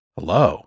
Hello